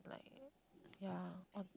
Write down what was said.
yeah like on